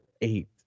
eight